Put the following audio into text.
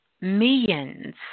millions